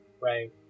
right